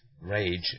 rage